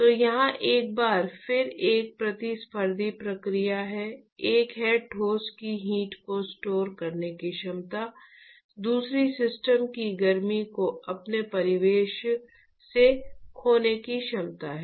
तो यहां एक बार फिर एक प्रतिस्पर्धी प्रक्रिया है एक है ठोस की हीट को स्टोर करने की क्षमता दूसरी सिस्टम की गर्मी को अपने परिवेश से खोने की क्षमता है